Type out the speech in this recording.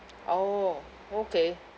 orh okay